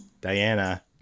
diana